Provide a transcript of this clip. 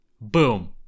boom